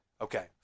Okay